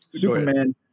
Superman